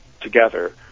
together